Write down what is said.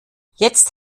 jetzt